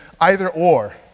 either-or